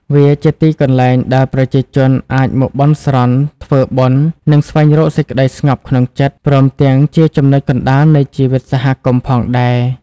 វាជាទីកន្លែងដែលប្រជាជនអាចមកបន់ស្រន់ ធ្វើបុណ្យ និងស្វែងរកសេចក្តីស្ងប់ក្នុងចិត្ត ព្រមទាំងជាចំណុចកណ្ដាលនៃជីវិតសហគមន៍ផងដែរ។